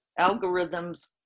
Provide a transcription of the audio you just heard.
algorithms